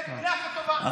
כן, מילה טובה.